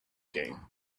game